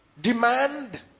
demand